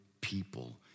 people